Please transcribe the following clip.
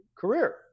career